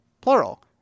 plural